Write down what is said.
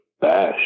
bash